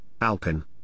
Alpin